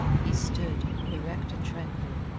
he stood, erect and tranquil,